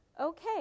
Okay